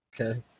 Okay